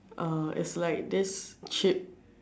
uh it's like this chip